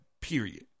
period